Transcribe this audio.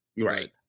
right